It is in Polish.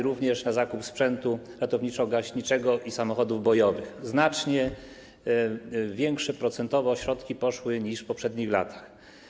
Również na zakup sprzętu ratowniczo-gaśniczego i samochodów bojowych poszły znacznie większe procentowo środki niż w poprzednich latach.